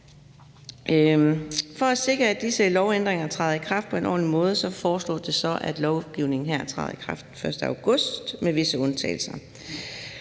For at sikre, at disse lovændringer træder i kraft på en ordentlig måde, foreslås det, at lovgivningen her træder i kraft den 1. august, med visse undtagelser.